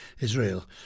Israel